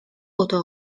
اتاق